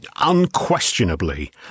unquestionably